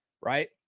Right